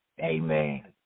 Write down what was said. Amen